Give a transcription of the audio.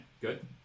good